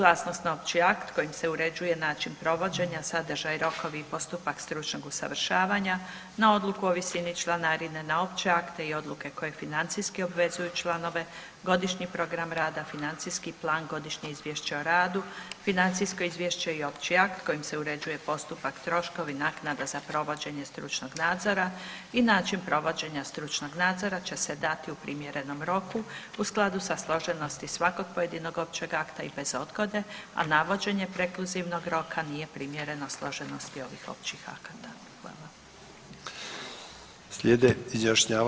Amandmanom se predlaže propisivanje roka u kojem je Ministarstvo obvezno dati suglasnost na opće akte Komore, kao i presumpcija suglasnosti, ukoliko se suglasnost ne dostavi u propisanom roku, suglasnost na opći akt kojim se uređuje način provođenja, sadržaj, rokovi i postupak stručnog usavršavanja, na odluku o visini članarine, na opće akte i odluke koje financijski obvezuju članove, godišnji program rada, financijski plan, godišnje izvješće o radu, financijsko izvješće i opći akt kojim se uređuje postupak, troškovi, naknada za provođenje stručnog nadzora i način provođenja stručnog nadzora će se dati u primjerenom roku u skladu sa složenosti svakog pojedinog općeg akta i bez odgode, a navođenje prekluzivnog roka nije primjereno složenosti ovih općih akata.